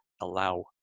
allow